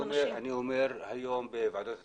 היום בוועדות התכנון,